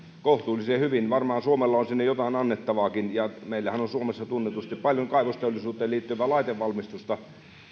kohtuullisen hyvin varmaan suomella on sinne jotain annettavaakin ja meillähän on suomessa tunnetusti paljon kaivosteollisuuteen liittyvää laitevalmistusta